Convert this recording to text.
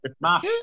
mash